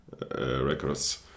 records